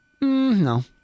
No